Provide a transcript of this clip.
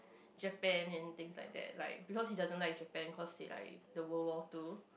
Japan and things like that like because he doesn't like Japan cause they like the World War Two